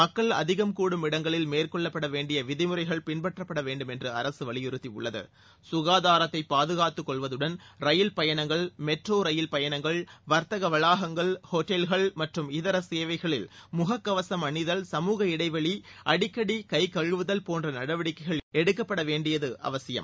மக்கள் அதிகம் கூடும் இடங்களில் மேற்கொள்ளப்பட வேண்டிய விதிமுறைகள் பின்பற்றவேண்டும் என்று அரசு வலியுறத்தியுள்ளது சுகாதாரத்தை பாதுகாத்துக் கொள்வதுடன் ரயில் பயனங்கள் மெட்ரோ ரயில் பயணங்கள் வர்த்தக வளாகங்கள் ஒட்டல்கள் மற்றும் இதர சேவைகளில் முகக் கவசம் அணிதல் சமுக இடைவெளி அடிக்கடி கை குழுவுதல் போன்ற நடவடிக்கைகள் எடுக்கப்பட வேண்டியது அவசியம்